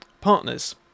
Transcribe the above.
partners